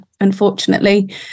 unfortunately